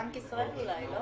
בנק ישראל אולי?